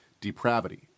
depravity